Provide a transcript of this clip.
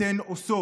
אתן עושות,